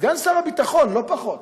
סגן שר הביטחון, לא פחות,